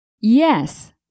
Yes